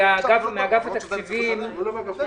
הלשכה